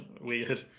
Weird